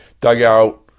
dugout